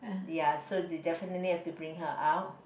ya so they definitely have to bring her out